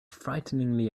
frighteningly